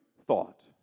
thought